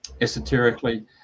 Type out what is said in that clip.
esoterically